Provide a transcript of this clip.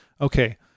Okay